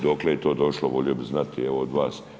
Dokle je to došlo, volio bih znati evo, od vas.